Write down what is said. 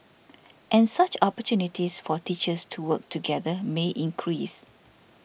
and such opportunities for teachers to work together may increase